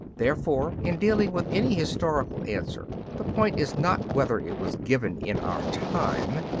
therefore in dealing with any historical answer, the point is not whether it was given in our time,